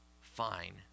fine